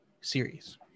series